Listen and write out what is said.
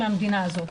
מהמדינה הזו.